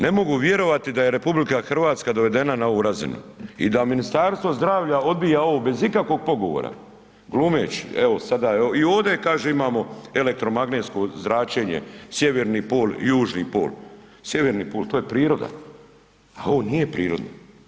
Ne mogu vjerovati da je RH dovedena na ovu razinu i da Ministarstvo zdravlja odbija ovo bez ikakvog pogovora, glumeći, evo sada i ovde kaže je imamo elektromagnetno zračenje, sjeverni pol, južni pol, sjeverni pol to je priroda, a ovo nije prirodno.